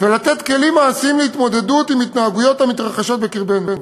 ולתת כלים מעשיים להתמודדות עם התנהגויות המתרחשות בקרבנו,